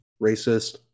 racist